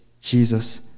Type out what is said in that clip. Jesus